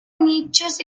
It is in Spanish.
nichos